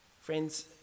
Friends